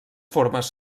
formes